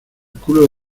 culo